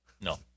No